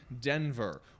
Denver